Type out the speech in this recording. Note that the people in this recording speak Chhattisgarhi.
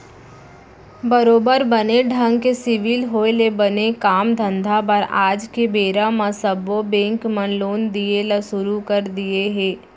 बरोबर बने ढंग के सिविल होय ले बने काम धंधा बर आज के बेरा म सब्बो बेंक मन लोन दिये ल सुरू कर दिये हें